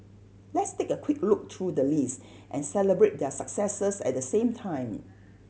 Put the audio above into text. let's take a quick look through the list and celebrate their successes at the same time